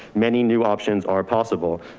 many new options are possible,